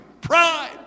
Pride